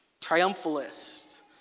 triumphalist